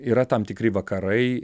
yra tam tikri vakarai